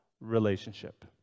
relationship